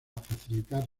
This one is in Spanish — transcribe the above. facilitar